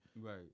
right